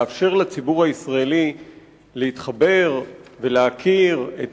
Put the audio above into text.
לאפשר לציבור הישראלי להתחבר ולהכיר את